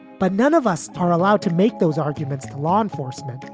but none of us are allowed to make those arguments to law enforcement,